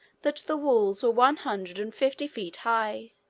that the walls were one hundred and fifty feet high.